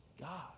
God